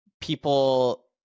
people